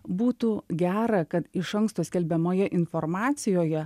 būtų gera kad iš anksto skelbiamoje informacijoje